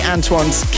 Antoine's